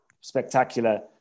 spectacular